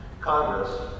Congress